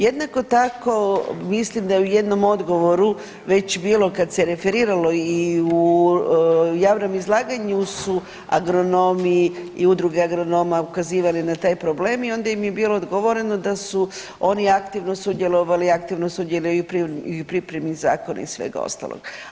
Jednako tako mislim da je u jednom odgovoru već bilo kad se referiralo i u javnom izlaganju su agronomi i udruge agronoma ukazivali na taj problem i onda im je bilo odgovoreno da su oni aktivno sudjelovali, aktivno sudjeluju i u pripremi zakona a i svega ostalog.